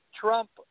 Trump